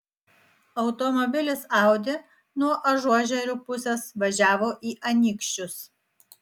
automobilis audi nuo ažuožerių pusės važiavo į anykščius